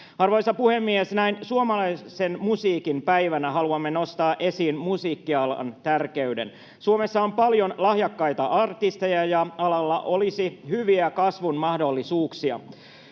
Arvoisa puhemies! Näin suomalaisen musiikin päivänä haluamme nostaa esiin musiikki-alan tärkeyden. Suomessa on paljon lahjakkaita artisteja, ja alalla olisi hyviä kasvun mahdollisuuksia.